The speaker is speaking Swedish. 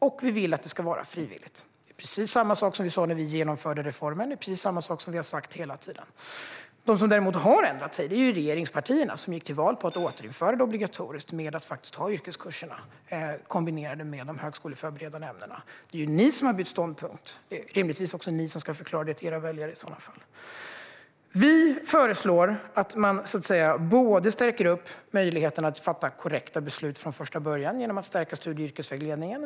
Vi vill också att det ska vara frivilligt, precis som vi sa när vi genomförde reformen och precis som vi har sagt hela tiden. De som däremot har ändrat sig är regeringspartierna, som gick till val på att återinföra att det skulle vara obligatoriskt med yrkeskurser kombinerade med de högskoleförberedande ämnena. Det är ni som har bytt ståndpunkt, och det är rimligtvis också ni som ska förklara det för era väljare. Vi föreslår att man stärker möjligheten att fatta korrekta beslut från första början genom att stärka studie och yrkesvägledningen.